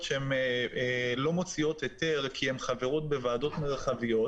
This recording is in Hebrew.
כפי שהן חלות לעניין ענפי החשמל והמים,